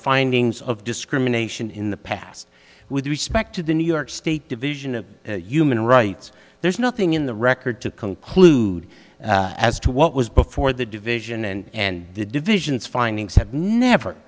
findings of discrimination in the past with respect to the new york state division of human rights there is nothing in the record to conclude as to what was before the division and the divisions findings have never